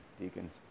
Deacons